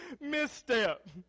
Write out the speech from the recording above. misstep